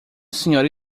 senhora